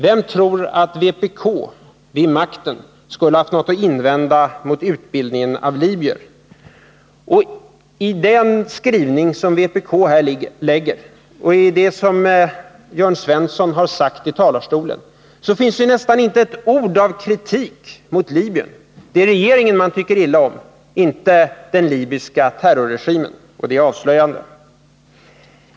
Vem tror att vpk vid makten skulle ha haft något att invända mot utbildningen av libyer? Och i den skrivning som vpk här lägger fram och i det som Jörn Svensson har sagt i talarstolen finns nästan inte ett ord av kritik mot Libyen. Det är regeringen man tycker illa om, inte den libyska terrorregimen. Det är avslöjande.